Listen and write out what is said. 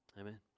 Amen